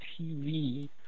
TV